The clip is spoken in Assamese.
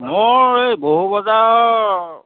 মোৰ এই বৌ বজাৰৰ